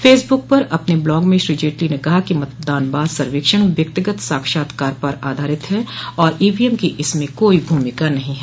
Facebook पर अपने blog में और जेटली ने कहा कि मतदान बाद सर्वेक्षण व्यक्तिगत साक्षात्कार पर आधारित हैं और ईवीएम की इसमें कोई भूमिका नहीं है